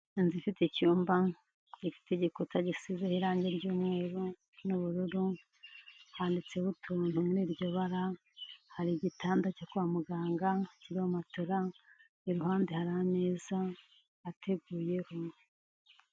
Inzu ifite icyumba, ifite igikuta gisizeho irangi ry'umweru n'ubururu, handitseho utuntu muri iryo bara, hari igitanda cyo kwa muganga kiriho matera, iruhande hari ameza ateguyeho.